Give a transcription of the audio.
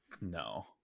No